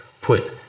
put